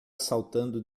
saltando